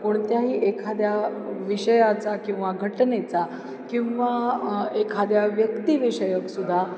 कोणत्याही एखाद्या विषयाचा किंवा घटनेचा किंवा एखाद्या व्यक्तिविषयकसुद्धा